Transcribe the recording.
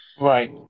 Right